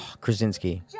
Krasinski